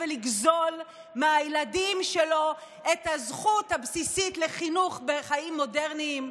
ולגזול מהילדים שלו את הזכות הבסיסית לחינוך בחיים מודרניים,